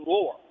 War